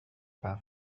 pan